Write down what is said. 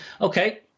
Okay